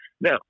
Now